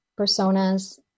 personas